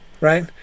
right